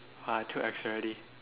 !wah! too ex already